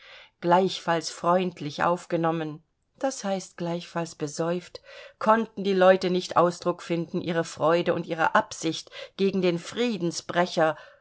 gleichfalls freundlich aufgenommen das heißt gleichfalls besäuft konnten die leute nicht ausdruck finden ihre freude und ihre absicht gegen die